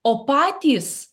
o patys